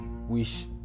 wish